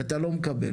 ואתה לא מקבל.